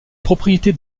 propriétés